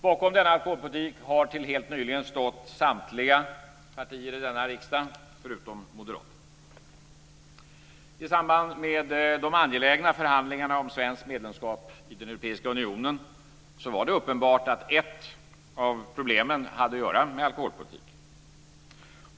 Bakom denna alkoholpolitik har till helt nyligen stått samtliga partier i denna riksdag, förutom Moderaterna. I samband med de angelägna förhandlingarna om svenskt medlemskap i den europeiska unionen var det uppenbart att ett av problemen hade att göra med alkoholpolitiken.